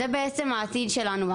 זה בעצם העתיד שלנו.